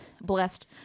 Blessed